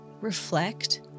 reflect